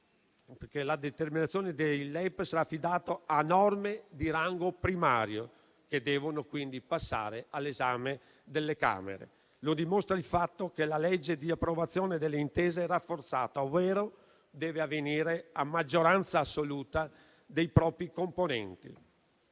che la determinazione dei LEP sarà affidata a norme di rango primario, che devono quindi passare all'esame delle Camere. Lo dimostra il fatto che la legge di approvazione delle intese è rafforzata, ovvero deve avvenire a maggioranza assoluta dei propri componenti.